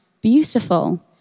beautiful